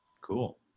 Cool